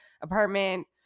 apartment